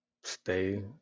stay